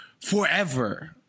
forever